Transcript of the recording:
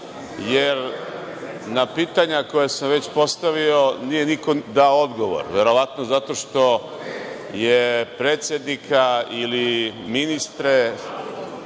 jer na pitanja koja sam već postavio niko nije dao odgovor. Verovatno zato što je predsednika ili ministre